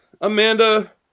amanda